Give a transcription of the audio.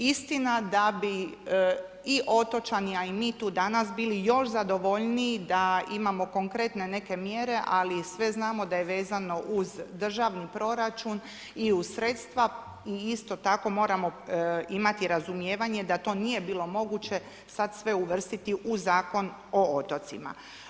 Istina da bi i otočani a i mi tu danas bili još zadovoljniji da imamo konkretne neke mjere ali i svi znamo da je vezano uz državni proračun i uz sredstva i isto tako moramo imati razumijevanje da to nije bilo moguće sada sve uvrstiti u Zakon o otocima.